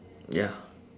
ya